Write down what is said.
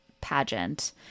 pageant